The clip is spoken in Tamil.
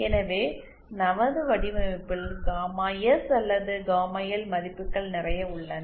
எனவே நமது வடிவமைப்பில் காமா எஸ் அல்லது காமா எல் மதிப்புகள் நிறைய உள்ளன